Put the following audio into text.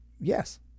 Yes